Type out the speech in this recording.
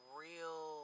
real